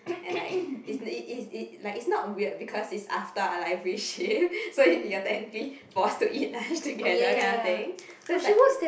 and like it's it it's not weird because it's after our library shift so you're technically forced to eat lunch together kind of thing so it's like